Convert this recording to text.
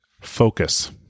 focus